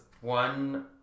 one